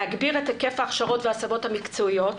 להגביר את היקף ההכשרות וההסבות המקצועיות.